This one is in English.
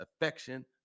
affection